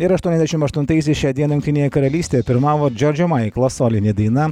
ir aštuoniasdešimt aštuntaisiais šią dieną jungtinėje karalystėje pirmavo džordžo maiklo solinė daina